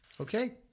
Okay